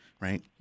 Right